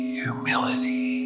humility